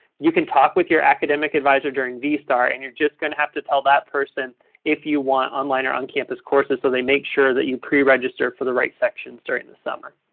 you can talk with your academic adviser during vstar and you're just going to have to tell that person if you want online or on-campus courses so they make sure that you preregister for the right sections during the summer?